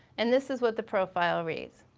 and this is what the profile reads.